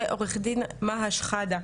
ועורך דין מהא שחאדה.